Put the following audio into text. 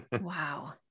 Wow